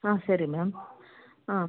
ಹಾಂ ಸರಿ ಮ್ಯಾಮ್ ಹಾಂ